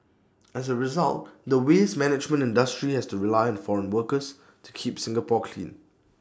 as A result the waste management industry has to rely on foreign workers to keep Singapore clean